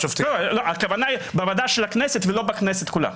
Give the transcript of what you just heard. הכוונה היא בוועדה של הכנסת ולא בכנסת כולה.